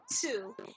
two